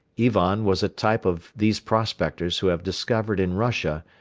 ivan was a type of these prospectors who have discovered in russia,